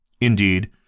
Indeed